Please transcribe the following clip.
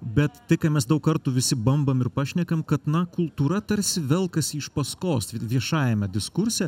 bet tikimės daug kartų visi bambam ir pašnekam kad na kultūra tarsi velkasi iš paskos viešajame diskurse